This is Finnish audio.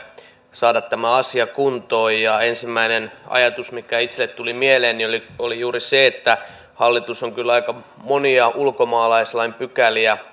saada tämä asia kuntoon ensimmäinen ajatus mikä itselleni tuli mieleen oli oli juuri se että kun hallitus on aika monia ulkomaalaislain pykäliä